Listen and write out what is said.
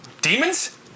Demons